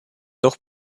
doch